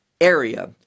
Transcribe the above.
area